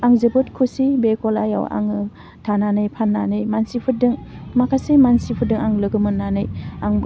आं जोबोद खस्थयै बे गलायाव आङो थानानै फाननानै मानसिफोरदों माखासे मानसिफोरदों आं लोगो मोननानै आं